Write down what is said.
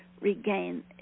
regain